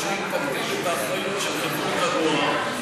שאם תטיל את האחריות על החברות הדואר,